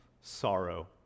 sorrow